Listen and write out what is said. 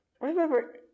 Remember